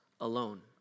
alone